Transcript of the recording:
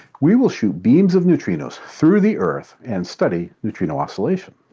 we will shoot beams of neutrinos through the earth and study neutrino oscillation.